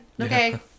Okay